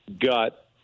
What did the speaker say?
gut